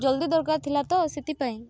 ଜଲଦି ଦରକାର ଥିଲା ତ ସେଥିପାଇଁ